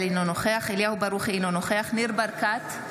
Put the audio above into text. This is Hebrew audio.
אינו נוכח אליהו ברוכי, אינו נוכח ניר ברקת,